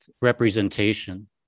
representation